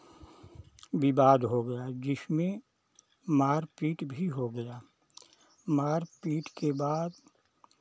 विवाद हो गया जिसमें मारपीट भी हो गया मारपीट के बाद